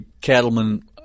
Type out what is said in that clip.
cattlemen